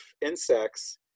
insects